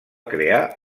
crear